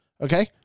okay